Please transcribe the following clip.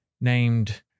named